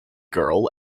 girl